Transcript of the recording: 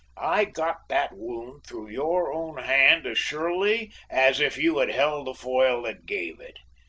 i got that wound through your own hand as surely as if you had held the foil that gave it,